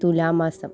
തുലാമാസം